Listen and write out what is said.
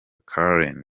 karen